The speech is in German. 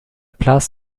paz